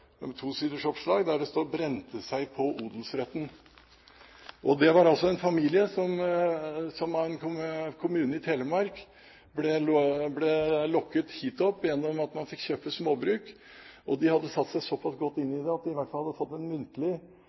der det sto: «Brente seg på odelsretten». Det gjaldt en familie som av en kommune i Telemark ble lokket hit opp gjennom å si at man fikk kjøpe småbruk. De hadde satt seg såpass godt inn i dette at de i hvert fall hadde fått et muntlig